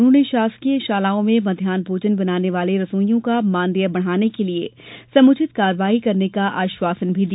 उन्होंने शासकीय शालाओं में मध्यान्ह भोजन बनाने वाले रसोईयों का मानदेय बढ़ाने के लिये समुचित कार्यवाही करने का आश्वासन भी दिया